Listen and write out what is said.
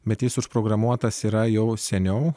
bet jis užprogramuotas yra jau seniau